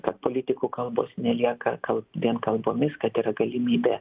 kad politikų kalbos nelieka kal vien kalbomis kad yra galimybė